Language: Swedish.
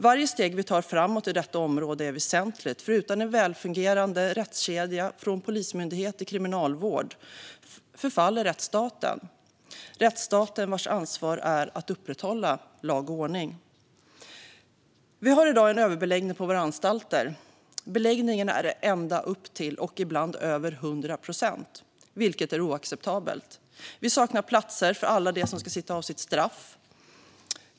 Varje steg vi tar framåt på detta område är väsentligt, för utan en välfungerande rättskedja, från Polismyndigheten till Kriminalvården, förfaller rättsstaten - rättsstaten vars ansvar är att upprätthålla lag och ordning. Vi har i dag en överbeläggning på våra anstalter. Beläggningen är ända upp till och ibland över 100 procent, vilket är oacceptabelt. Vi saknar platser för alla dem som ska sitta av sitt straff.